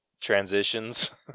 transitions